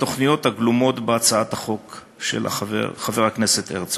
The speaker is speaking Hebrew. בתוכניות הגלומות בהצעת החוק של חבר הכנסת הרצוג.